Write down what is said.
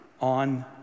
on